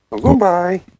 Goodbye